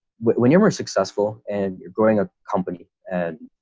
when when you're more successful and you're growing a company and